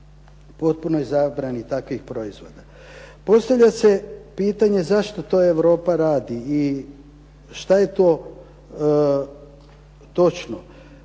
potpunoj zabrani takvih proizvoda. Postavlja se pitanje zašto to Europa radi i šta je to točno.